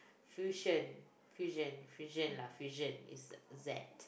fusion fusion fusion lah fusion is Z